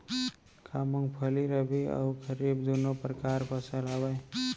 का मूंगफली रबि अऊ खरीफ दूनो परकार फसल आवय?